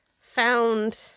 found